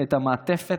את המעטפת,